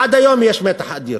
עד היום יש מתח אדיר.